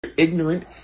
ignorant